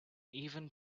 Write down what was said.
even